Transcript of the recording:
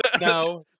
No